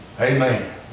amen